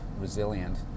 resilient